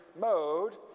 mode